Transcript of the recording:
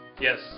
Yes